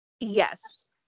Yes